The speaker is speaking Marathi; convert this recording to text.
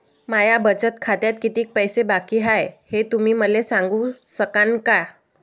माया बचत खात्यात कितीक पैसे बाकी हाय, हे तुम्ही मले सांगू सकानं का?